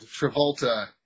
Travolta